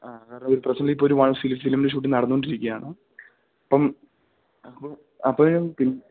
ആ എന്നുപറഞ്ഞാ പ്രസറ്റ്ലി ഇപ്പൊരു ഫിലിമിൻ്റെ ഷൂട്ടിംഗ് നടന്നോണ്ടിരിക്ക്യാണ് ഇപ്പം അപ്പോ അപ്പം പിന്നെ